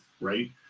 right